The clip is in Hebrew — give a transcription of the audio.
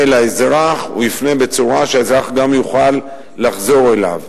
לאזרח הוא יפנה בצורה שהאזרח גם יוכל לחזור אליו.